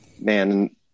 man